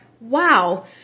wow